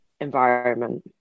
environment